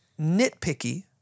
nitpicky